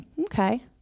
okay